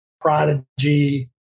Prodigy